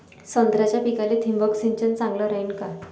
संत्र्याच्या पिकाले थिंबक सिंचन चांगलं रायीन का?